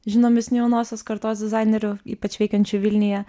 žinomesnių jaunosios kartos dizainerių ypač veikiančių vilniuje